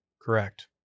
Correct